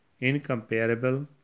incomparable